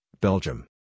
Belgium